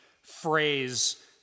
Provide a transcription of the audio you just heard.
phrase